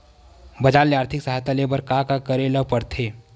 बजार ले आर्थिक सहायता ले बर का का करे ल पड़थे?